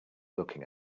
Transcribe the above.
looking